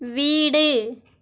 வீடு